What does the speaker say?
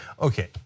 Okay